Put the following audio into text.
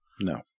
No